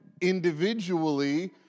individually